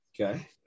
Okay